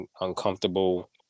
uncomfortable